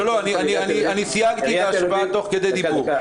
לא, סייגתי את ההשוואה תוך כדי דיבור.